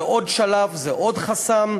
זה עוד שלב, זה עוד חסם,